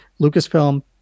Lucasfilm